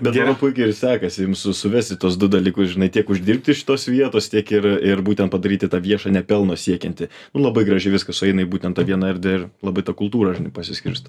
bet manau puikiai ir sekasi jum su suvesti tuos du dalykus žinai tiek uždirbti iš tos vietos tiek ir ir būtent padaryti tą viešą nepelno siekiantį labai gražiai viskas sueina į būtent tą vieną erdvę ir labai ta kultūra žinai pasiskirsto